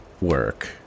work